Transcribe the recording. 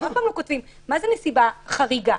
מה זה "נסיבה חריגה"?